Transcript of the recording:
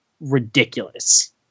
ridiculous